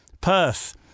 Perth